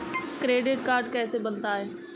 Credit card कैसे बनता है?